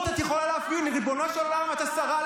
האחריות שלך, זו הסמכות שלך.